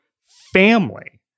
family